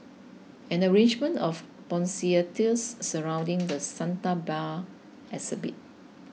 an arrangement of poinsettias surrounding the Santa Bear exhibit